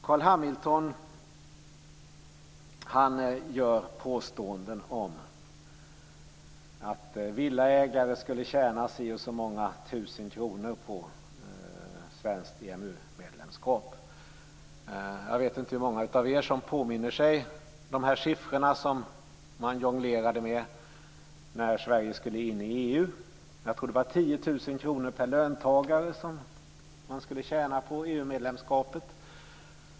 Carl Hamilton gör påståenden om att villaägare skulle tjäna si och så många tusen kronor på ett svenskt EMU-medlemskap. Jag vet inte hur många av er som kan påminna sig de siffror som man jonglerade med när Sverige skulle in i EU. Jag tror att det var 10 000 kr per löntagare som man skulle tjäna på EU medlemskapet.